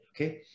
Okay